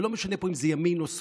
ולא משנה אם זה ימין או שמאל.